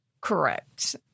Correct